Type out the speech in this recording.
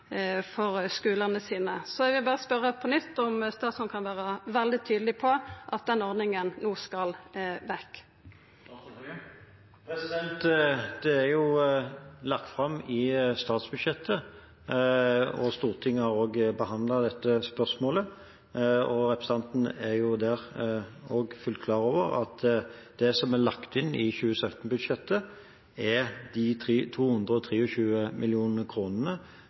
skulane sine? Eg vil berre spørja på nytt om statsråden kan vera veldig tydeleg på at denne ordninga no skal vekk. Det er jo lagt fram i statsbudsjettet, og Stortinget har også behandlet dette spørsmålet. Representanten er også fullt klar over at det som er lagt inn i 2017-budsjettet, er